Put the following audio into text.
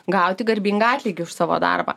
gauti garbingą atlygį už savo darbą